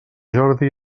jordi